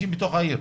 50 קמ"ש בתוך העיר,